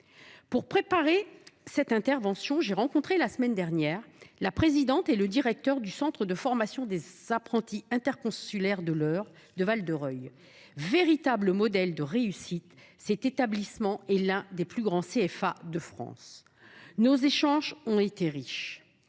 Pour préparer cette intervention, j’ai rencontré la semaine dernière la présidente et le directeur du centre de formation des apprentis interconsulaire de l’Eure de Val de Reuil. Véritable modèle de réussite, cet établissement est l’un des plus grands CFA de France. Nos échanges ont été riches.